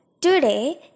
Today